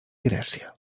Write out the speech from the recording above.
grècia